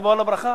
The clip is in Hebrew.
תבוא על הברכה,